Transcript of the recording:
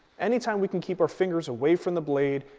any time we can keep our fingers away from the blade,